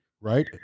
right